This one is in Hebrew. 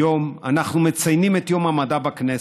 היום אנחנו מציינים את יום המדע בכנסת.